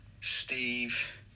Steve